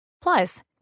Plus